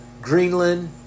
Greenland